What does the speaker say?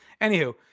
Anywho